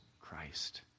Christ